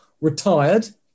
retired